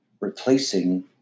replacing